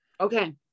Okay